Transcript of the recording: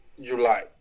July